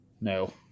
No